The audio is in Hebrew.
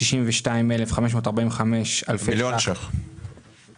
62 מיליון ו-545 אלפי שקלים